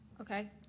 okay